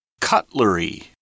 Cutlery